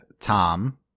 Tom